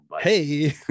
Hey